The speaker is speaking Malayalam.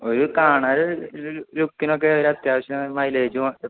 ഒരു കാണാൻ ലുക്കിനൊക്കെ ഒരു അത്യാവശ്യം മൈലേജും